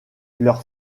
leur